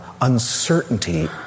uncertainty